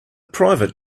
private